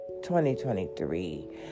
2023